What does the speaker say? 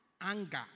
Anger